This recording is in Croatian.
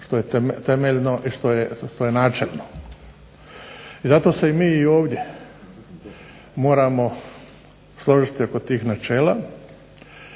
što je temeljno i što je načelno. I zato se i mi i ovdje moramo složiti oko tih načela,